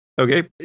Okay